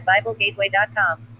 BibleGateway.com